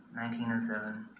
1907